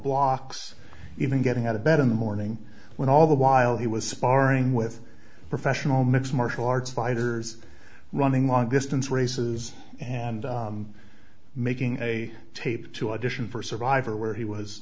blocks even getting out of bed in the morning when all the while he was sparring with professional mixed martial arts fighters running long distance races and making a tape to audition for survivor where he was